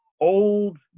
old